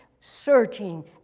searching